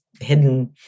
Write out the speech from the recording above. hidden